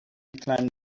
climbed